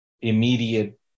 immediate